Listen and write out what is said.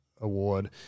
award